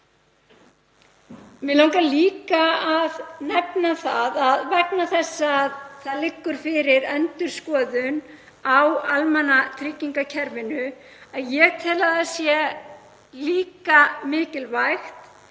Mig langar líka að nefna, vegna þess að það liggur fyrir endurskoðun á almannatryggingakerfinu, að ég tel mikilvægt